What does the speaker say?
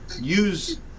use